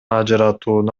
ажыратууну